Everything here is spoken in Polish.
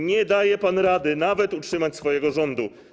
Nie daje pan rady nawet utrzymać swojego rządu.